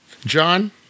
John